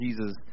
Jesus